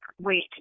wait